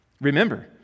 Remember